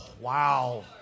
Wow